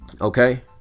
okay